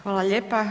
Hvala lijepa.